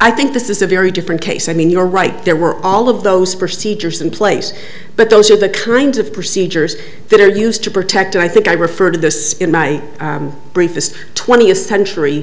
i think this is a very different case i mean you're right there were all of those procedures in place but those are the kinds of procedures that are used to protect i think i referred to this in my brief this twentieth century